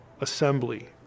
assembly